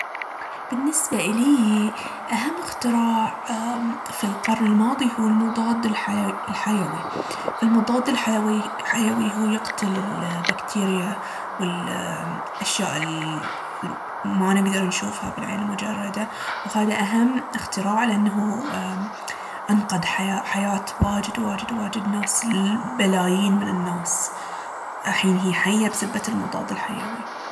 بالنسبة اليي، أهم اختراع في القرن الماضي هو المضاد الحيوي. المضاد الحيوي- حيوي هو يقتل البكتيريا ولأشياء اللي ما نقدر نشوفها بالعين المجردة. وهاذا أهم اختراع لأن هو أنقذ- أنقذ حياة واجد واجد واجد ناس، بلايين من الناس أحين هي حية بسبة المضاد الحيوي.